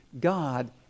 God